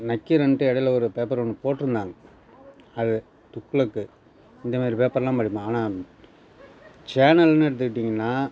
நக்கீரன்ட்டு இடையில ஒரு பேப்பரு ஒன்று போட்டிருந்தாங்க அது துக்ளக் இந்தமாதிரி பேப்பர்லாம் படிப்பேன் ஆனால் சேனல்ன்னு எடுத்துக்கிட்டிங்கன்னால்